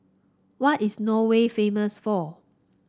what is Norway famous for